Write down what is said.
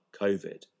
COVID